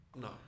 No